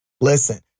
Listen